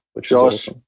Josh